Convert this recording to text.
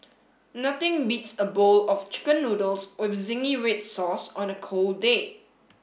nothing beats a bowl of chicken noodles with zingy red sauce on a cold day